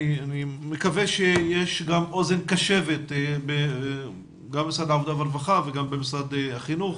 אני מקווה שיש אוזן קשבת גם במשרד העבודה והרווחה וגם במשרד החינוך.